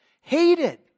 hated